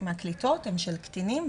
מהקליטות הם של קטינים.